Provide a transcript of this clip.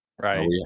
Right